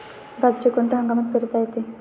बाजरी कोणत्या हंगामात पेरता येते?